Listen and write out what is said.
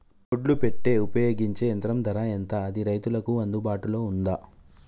ఒడ్లు పెట్టే ఉపయోగించే యంత్రం ధర ఎంత అది రైతులకు అందుబాటులో ఉందా?